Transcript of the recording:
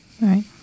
Right